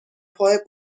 پای